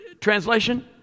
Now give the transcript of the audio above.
translation